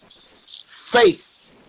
Faith